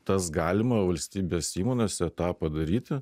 tas galima valstybės įmonėse tą padaryti